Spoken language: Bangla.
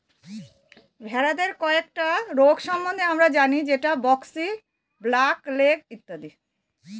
ভেড়াদের কয়েকটা রোগ সম্বন্ধে আমরা জানি যেমন ব্র্যাক্সি, ব্ল্যাক লেগ ইত্যাদি